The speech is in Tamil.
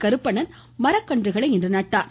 கருப்பணன் மரக்கன்றுகளை நட்டார்